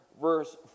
verse